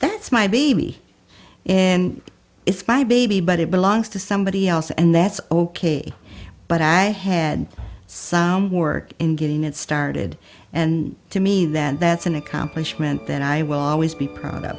that's my baby and it's my baby but it belongs to somebody else and that's ok but i had some work in getting it started and to me that that's an accomplishment that i will always be proud of